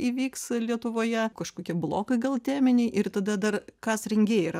įvyks lietuvoje kažkokie blokai gal teminiai ir tada dar kas rengėjai yra